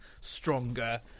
stronger